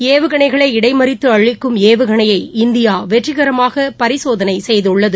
ஏவுகணைகளை இடைமறித்துஅழிக்கும் ஏவுகணையை இந்தியாவெற்றிகரமாகபரிசோதனைசெய்துள்ளது